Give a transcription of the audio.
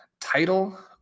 title